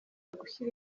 gushyira